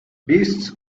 beasts